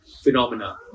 phenomena